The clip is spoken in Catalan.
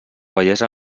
bellesa